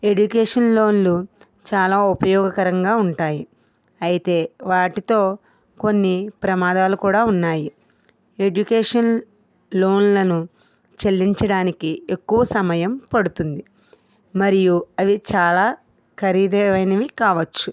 education లోన్లు చాలా ఉపయోగకరంగా ఉంటాయి అయితే వాటితో కొన్ని ప్రమాదాలు కూడా ఉన్నాయి ఎడ్యుకేషన్ లోన్లను చెల్లించడానికి ఎక్కువ సమయం పడుతుంది మరియు అవి చాలా ఖరీదైనవి కావచ్చు